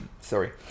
sorry